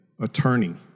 attorney